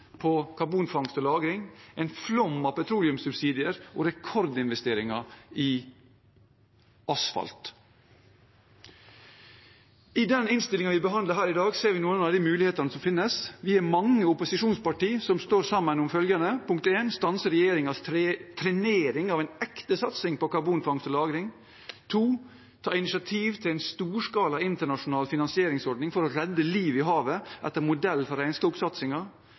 på karbonfangst og -lagring, en flom av petroleumssubsidier og rekordinvesteringer i asfalt. I den innstillingen vi behandler her i dag, ser vi noen av de mulighetene som finnes. Vi er mange opposisjonspartier som står sammen om følgende: stanse regjeringens trenering av en ekte satsing på karbonfangst og -lagring ta initiativ til en storskala internasjonal finansieringsordning for å redde liv i havet, etter modell fra